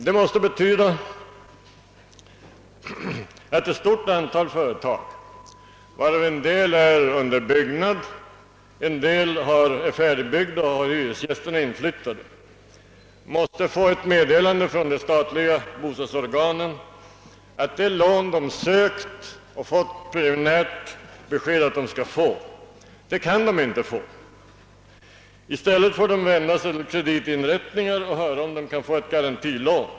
Det måste betyda att ett stort antal företag får ett meddelande från de statliga bostadsorganen om att de inte kan erhålla de lån de sökt och fått preliminärt löfte om. En del av husen är under byggnad, andra är redan färdigbyggda med hyresgästerna inflyttade. I stället får de vända sig till kreditinrättningar och höra om de kan få ett garantilån.